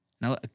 Now